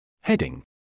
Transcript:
heading